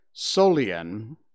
Solian